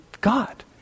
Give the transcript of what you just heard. God